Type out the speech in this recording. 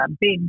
big